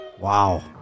Wow